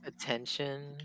Attention